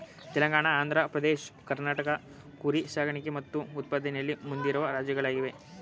ತೆಲಂಗಾಣ ಆಂಧ್ರ ಪ್ರದೇಶ್ ಕರ್ನಾಟಕ ಕುರಿ ಸಾಕಣೆ ಮತ್ತು ಉತ್ಪಾದನೆಯಲ್ಲಿ ಮುಂದಿರುವ ರಾಜ್ಯಗಳಾಗಿವೆ